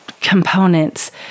components